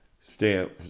stamp